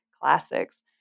classics